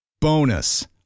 Bonus